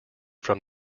from